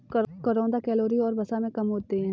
करौंदा कैलोरी और वसा में कम होते हैं